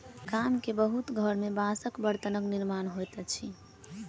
गाम के बहुत घर में बांसक बर्तनक निर्माण होइत अछि